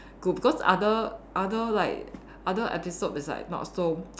good because other other like other episode is like not so